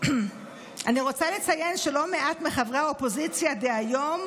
אני רוצה לציין שלא מעט מחברי האופוזיציה דהיום,